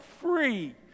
free